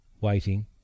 waiting